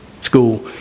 school